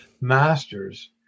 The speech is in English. masters